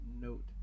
note